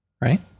right